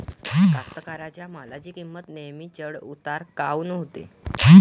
कास्तकाराइच्या मालाची किंमत नेहमी चढ उतार काऊन होते?